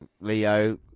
Leo